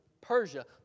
Persia